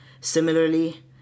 similarly